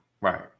Right